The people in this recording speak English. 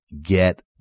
Get